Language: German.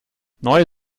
neue